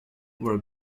were